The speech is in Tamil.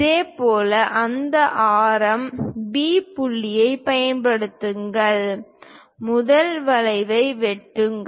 இதேபோல் அதே ஆரம் B புள்ளியைப் பயன்படுத்துங்கள் முதல் வளைவை வெட்டுங்கள்